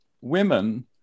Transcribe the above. women